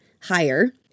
higher